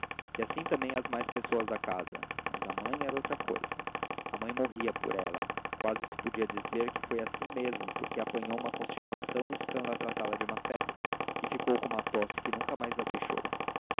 e assim também as mais pessoas de casa mas a mãe era outra cousa a mãe morria por ela e quase se pode dizer que foi assim mesmo porque apanhou uma constipação estando a tratá la de uma febre e ficou com uma tosse que nunca mais a deixou